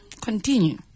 continue